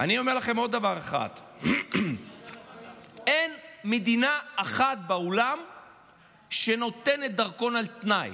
אני אומר לכם עוד דבר אחד: אין מדינה אחת בעולם שנותנת דרכון על תנאי.